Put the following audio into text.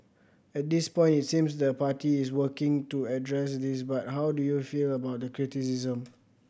at this point it seems the party is working to address this but how do you feel about the criticism